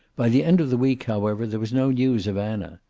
by the end of the week, however, there was no news of anna.